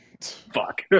Fuck